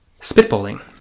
spitballing